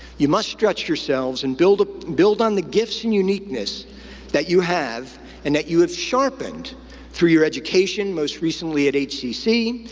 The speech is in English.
you must stretch yourselves and build ah build on the gifts and uniqueness that you have and that you have sharpened through your education, most recently at hcc,